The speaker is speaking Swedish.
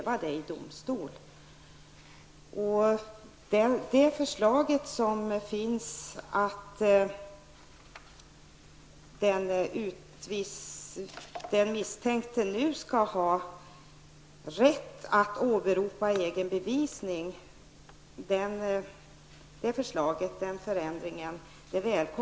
Vi välkomnar naturligtvis förslaget att den misstänkte nu skall ha rätt att åberopa egen bevisning.